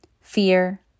fear